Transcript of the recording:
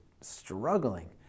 struggling